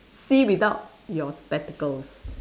see without your spectacles